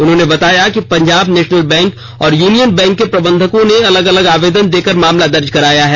उन्होंने बताया कि पंजाब नेशनल बैंक और यूनियन बैंक के प्रबंधकों ने अलग अलग आवेदन देकर मामला दर्ज कराया है